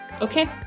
Okay